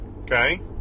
Okay